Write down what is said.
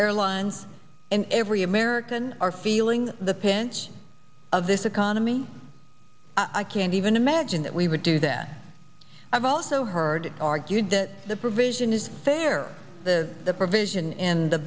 airlines and every american are feeling the pinch of this economy i can't even imagine that we would do that i've also heard it argued that the provision is fair the provision in the